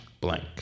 blank